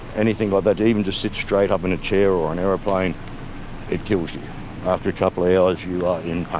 anything like that even to sit straight up in a chair or an aeroplane it kills you after a couple of hours, you are in